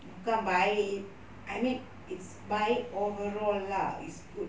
bukan baik I mean it's baik overall lah it's good